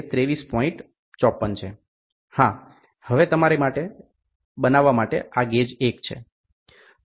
54 છે હવે હા તમારી માટે બનાવવા માટે આ ગેજ 1 છે